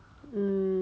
mm